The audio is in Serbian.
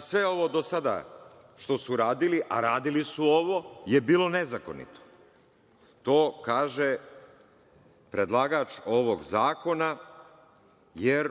sve ovo do sada što su radili, a radili su ovo, je bilo nezakonito. To kaže predlagač ovog zakona, jer